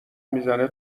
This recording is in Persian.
میزنه